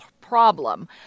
problem